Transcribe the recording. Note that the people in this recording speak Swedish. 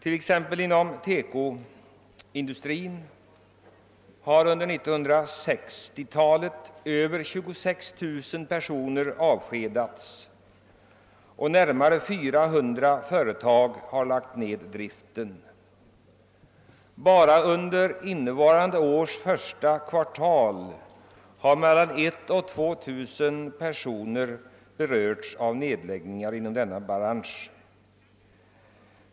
Inom exempelvis TEKO-industrin har under 1960-talet över 26 000 personer avskedats och närmare 400 företag lagt ned driften. Enbart under innevarande års första kvartal har mellan 1 000 och 2 000 personer berörts av nedläggningar inom denna bransch.